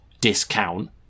discount